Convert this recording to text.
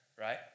right